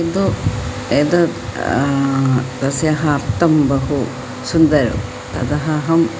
किन्तु एतद् तस्याः अर्थं बहु सुन्दरं ततः अहम्